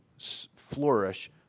flourish